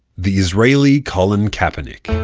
the israeli colin kaepernick.